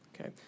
Okay